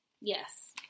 yes